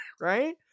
Right